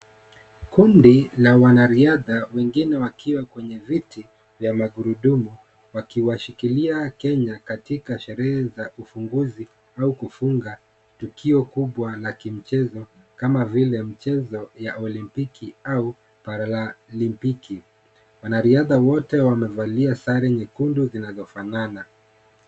Kundi la wanariadha wengine wakiwa kwenye viti vya magurudumu wakiwashikilia Kenya katika sherehe za ufunguzi au kufunga tukio kubwa la kimchezo kama vile mchezo ya olimpiki au paralimpiki. Wanariadha wote wamevalia sare nyekundu zinazofanana.